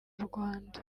rwanda